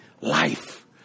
life